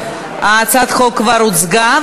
הצעת החוק כבר הוצגה,